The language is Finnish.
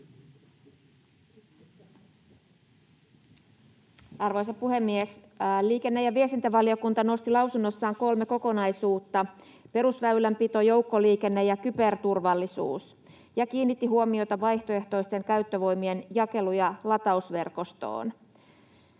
Arvoisa puhemies! Liikenne- ja viestintävaliokunta nosti lausunnossaan kolme kokonaisuutta, perusväylänpito, joukkoliikenne ja kyberturvallisuus, ja kiinnitti huomiota vaihtoehtoisten käyttövoimien jakelu- ja latausverkostoon.